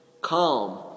calm